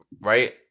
Right